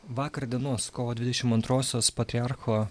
vakar dienos kovo dvidešim anrosios patriarcho